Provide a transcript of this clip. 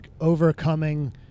overcoming